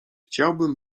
chciałbym